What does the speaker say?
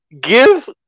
give